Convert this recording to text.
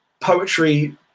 poetry